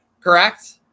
Correct